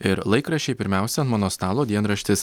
ir laikraščiai pirmiausia ant mano stalo dienraštis